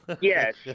Yes